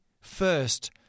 first